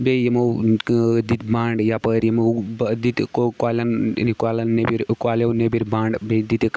بیٚیہِ یِمو دِتۍ بنٛڈ یَپٲرۍ یِمو دِتۍ کۄلٮ۪ن کۄلَن نیبٕرۍ کۄلٮ۪و نیبٕرۍ بنٛڈ بیٚیہِ دِتِکھ